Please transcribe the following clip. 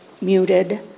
muted